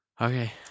Okay